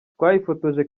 twayifotoje